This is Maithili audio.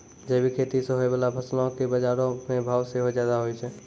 जैविक खेती से होय बाला फसलो के बजारो मे भाव सेहो ज्यादा होय छै